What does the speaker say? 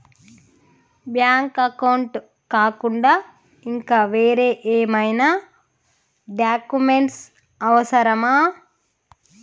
Bank account కాకుండా ఇంకా వేరే ఏమైనా డాక్యుమెంట్స్ అవసరమా?